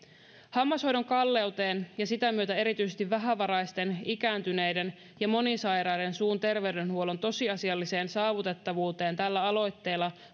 hammashoidon kalleuteen ja sen myötä erityisesti vähävaraisten ikääntyneiden ja monisairaiden suun terveydenhuollon tosiasialliseen saavutettavuuteen tällä aloitteella